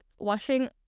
Washing